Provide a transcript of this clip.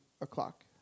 o'clock